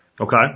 Okay